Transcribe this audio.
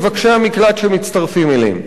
מבקשי המקלט שמצטרפים אליהם.